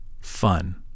fun